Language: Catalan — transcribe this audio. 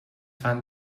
fan